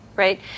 Right